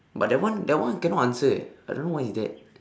but that one that one cannot answer eh I don't know what is that